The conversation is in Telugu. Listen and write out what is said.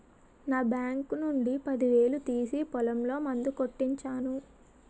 నా బాంకు నుండి పదివేలు తీసి పొలంలో మందు కొట్టించాను